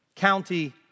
county